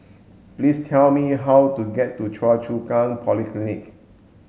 please tell me how to get to Choa Chu Kang Polyclinic